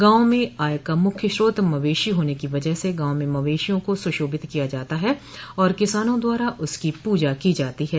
गांवों में आय का मुख्य स्रोत मवेशी होने की वजह से गांवों में मवेशियों को सुशोभित किया जाता है और किसानों द्वारा उसकी पूजा की जाती है